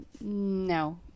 No